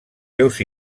seus